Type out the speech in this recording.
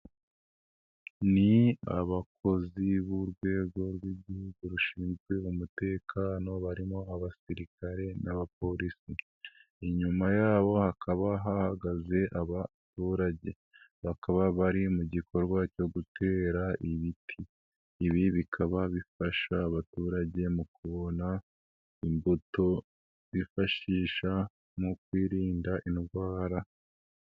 Ni abakozi b'urwego rw'Igihugu rushinzwe umutekano barimo abasirikare n'abapolisi. Inyuma yabo hakaba hahagaze abaturage. Bakaba bari mu gikorwa cyo gutera ibiti. Ibi bikaba bifasha abaturage mu kubona imbuto, bifashisha mu kwirinda indwara.